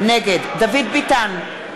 נגד דוד ביטן,